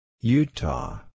Utah